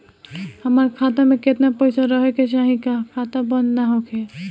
हमार खाता मे केतना पैसा रहे के चाहीं की खाता बंद ना होखे?